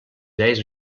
idees